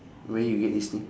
where you get this thing